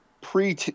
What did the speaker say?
pre